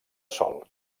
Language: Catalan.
sol